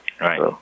Right